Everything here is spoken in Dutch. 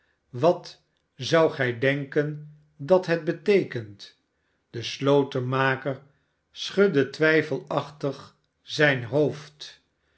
wat zoudt gij denken dat het beteekent de slotenmaker schudde twijfelachtig zijn hoofd